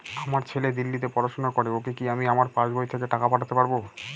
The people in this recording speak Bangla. আমার ছেলে দিল্লীতে পড়াশোনা করে ওকে কি আমি আমার পাসবই থেকে টাকা পাঠাতে পারব?